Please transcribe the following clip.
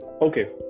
okay